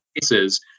cases